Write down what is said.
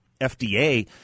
FDA